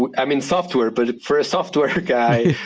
but i'm in software, but for a software guy,